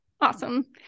Awesome